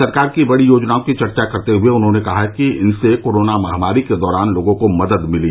सरकार की बड़ी योजनाओं की चर्चा करते हए उन्होंने कहा कि इनसे कोरोना महामारी के दौरान लोगों को मदद मिली